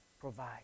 provide